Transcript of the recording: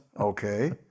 okay